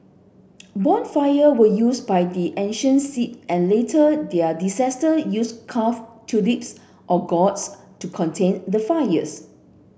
bonfire were used by the ancient Celts and later their used carved turnips or gourds to contain the fires